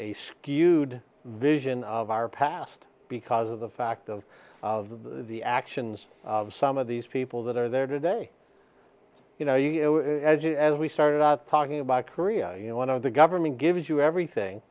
a skewed vision of our past because of the fact of the actions of some of these people that are there today you know you as you as we started out talking about korea you know one of the government gives you everything